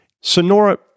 Sonora